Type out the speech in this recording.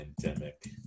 pandemic